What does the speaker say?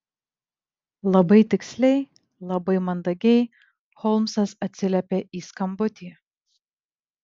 labai tiksliai labai mandagiai holmsas atsiliepė į skambutį